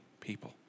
people